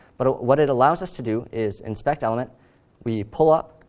but what it allows us to do is, inspect element we pull up